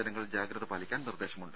ജനങ്ങൾ ജാഗ്രത പാലിക്കാൻ നിർദ്ദേശമുണ്ട്